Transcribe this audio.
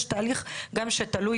יש תהליך שתלוי גם